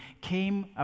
came